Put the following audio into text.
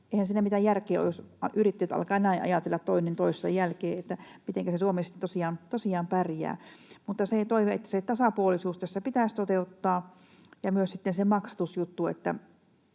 Eihän siinä mitään järkeä ole, jos yrittäjät alkavat näin ajatella toinen toisensa jälkeen. Mitenkä se Suomi sitten tosiaan pärjää? Mutta toive on, että se tasapuolisuus tässä pitäisi toteuttaa ja myös sitten se maksatusjuttu.